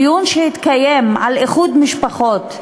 דיון שמתקיים על איחוד משפחות,